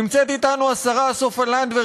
נמצאת אתנו השרה סופה לנדבר,